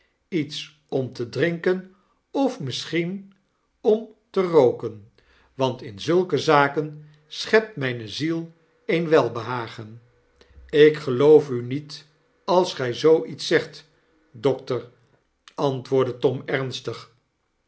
iets om te drinken of missjlenomterooken want in zulke zaken schept myne ziel een welbehagen ik geloof u niet als gy zoo iets zegt dokter antwoordde tom ernstig